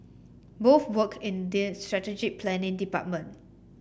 both worked in strategic planning department